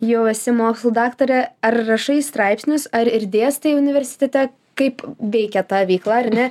jau esi mokslų daktarė ar rašai straipsnius ar ir dėstai universitete kaip veikia ta veikla ar ne